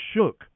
shook